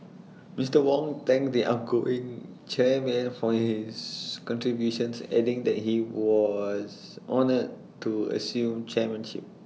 Mister Wong thanked the outgoing chairman for his contributions adding that he was honoured to assume chairmanship